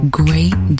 great